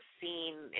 seen